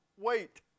wait